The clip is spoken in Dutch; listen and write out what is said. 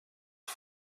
het